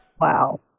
Wow